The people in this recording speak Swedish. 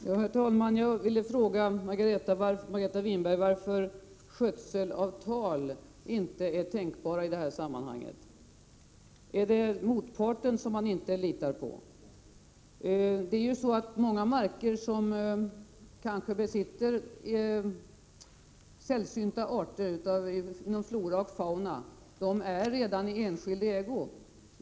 Herr talman! Jag ville fråga Margareta Winberg varför skötselavtal inte är tänkbara i det här sammanhanget. Är det motparten som ni inte litar på? Många marker där det kanske finns sällsynta arter inom flora och fauna är redan i enskild ägo.